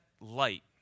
light